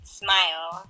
smile